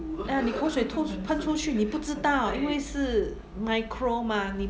ah 你口水吐喷出去你不知道因为是 micro mah 你